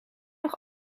nog